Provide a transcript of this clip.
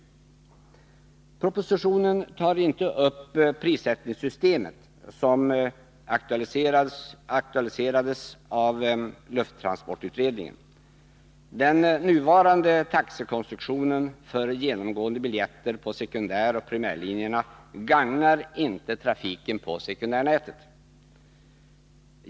I propositionen tas inte upp prissättningssystemet, som aktualiserades av lufttransportutredningen. Den nuvarande taxekonstruktionen för genomgående biljetter på sekundäroch primärlinjerna gagnar inte trafiken på sekundärnätet.